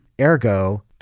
Ergo